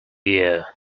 year